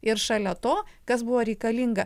ir šalia to kas buvo reikalinga